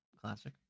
classic